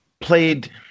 played